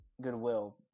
goodwill